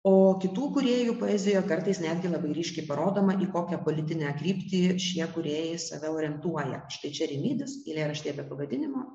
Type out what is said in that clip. o kitų kūrėjų poezija kartais netgi labai ryškiai parodoma kokią politinę kryptį šie kūrėjai save orientuoja štai čia rimydis eilėraštyje be pavadinimo